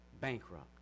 bankrupt